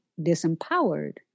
disempowered